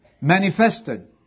Manifested